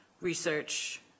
research